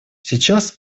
сейчас